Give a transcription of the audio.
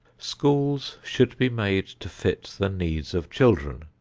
schools should be made to fit the needs of children,